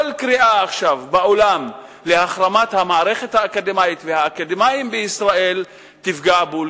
כל קריאה עכשיו להחרמת המערכת האקדמית והאקדמאים בישראל תפגע בול,